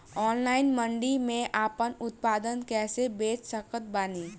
Online मंडी मे आपन उत्पादन कैसे बेच सकत बानी?